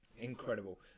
incredible